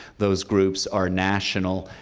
those groups are national,